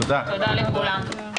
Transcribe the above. תודה לכולם.